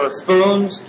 spoons